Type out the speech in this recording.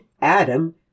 Adam